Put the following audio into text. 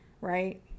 right